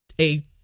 a-